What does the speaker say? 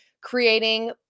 creating